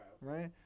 right